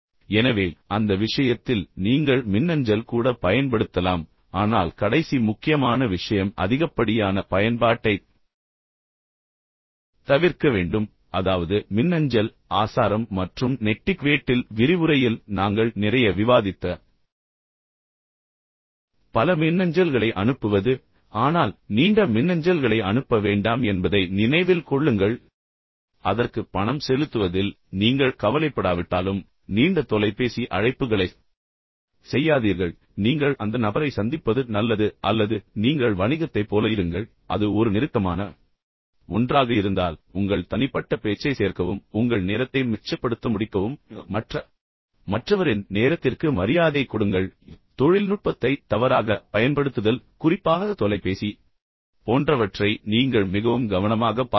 எனவே அந்த விஷயத்தில் நீங்கள் மின்னஞ்சல் கூட பயன்படுத்தலாம் ஆனால் கடைசி முக்கியமான விஷயம் அதிகப்படியான பயன்பாட்டைத் தவிர்க்க வேண்டும் அதாவது மின்னஞ்சல் ஆசாரம் மற்றும் நெட்டிக்வேட்டில் விரிவுரையில் நாங்கள் நிறைய விவாதித்த பல மின்னஞ்சல்களை அனுப்புவது ஆனால் நீண்ட மின்னஞ்சல்களை அனுப்ப வேண்டாம் என்பதை நினைவில் கொள்ளுங்கள் அதற்கு பணம் செலுத்துவதில் நீங்கள் கவலைப்படாவிட்டாலும் நீண்ட தொலைபேசி அழைப்புகளைச் செய்யாதீர்கள் நீங்கள் அந்த நபரை சந்திப்பது நல்லது அல்லது நீங்கள் வணிகத்தைப் போல இருங்கள் பின்னர் அது ஒரு நெருக்கமான ஒன்றாக இருந்தால் உங்கள் தனிப்பட்ட பேச்சை சேர்க்கவும் ஆனால் பின்னர் உங்கள் நேரத்தை மிச்சப்படுத்த முடிக்கவும் பின்னர் மற்ற மற்றவரின் நேரத்திற்கு மரியாதை கொடுங்கள் தொழில்நுட்பத்தை தவறாக பயன்படுத்துதல் குறிப்பாக தொலைபேசி போன்றவற்றை நீங்கள் மிகவும் கவனமாகப் பார்க்க வேண்டும்